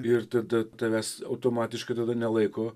ir tada tavęs automatiškai tada nelaiko